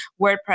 WordPress